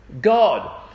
God